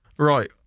Right